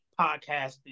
podcasting